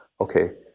okay